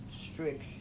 strict